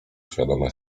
świadome